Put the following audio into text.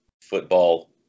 football